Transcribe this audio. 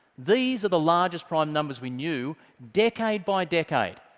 these are the largest prime numbers we knew decade by decade,